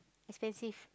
expensive